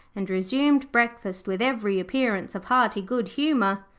and resumed breakfast with every appearance of hearty good humour.